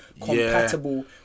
compatible